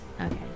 okay